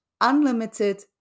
unlimited